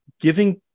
giving